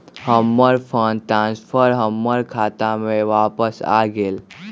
हमर fund transfer हमर खाता में वापस आ गेल